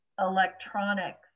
electronics